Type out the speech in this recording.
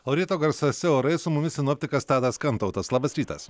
o ryto garsuose orai su mumis sinoptikas tadas kantautas labas rytas